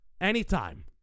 Anytime